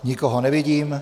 Nikoho nevidím.